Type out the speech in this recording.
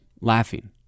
laughing